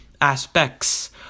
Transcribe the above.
aspects